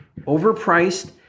overpriced